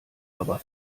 aber